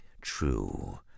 True